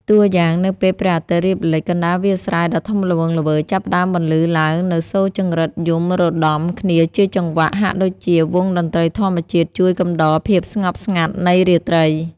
តួយ៉ាង នៅពេលព្រះអាទិត្យរៀបលិច កណ្ដាលវាលស្រែដ៏ធំល្វឹងល្វើយ ចាប់ផ្ដើមបន្លឺឡើងនូវសូរចង្រិតយំរដំគ្នាជាចង្វាក់ ហាក់ដូចជាវង់តន្ត្រីធម្មជាតិជួយកំដរភាពស្ងប់ស្ងាត់នៃរាត្រី។